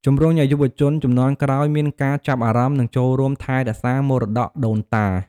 ជម្រុញឱ្យយុវជនជំនាន់ក្រោយមានការចាប់អារម្មណ៍ និងចូលរួមថែរក្សាមរតកដូនតា។